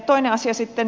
toinen asia sitten